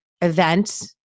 event